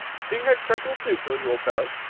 sing her turtle soup will you, old fellow?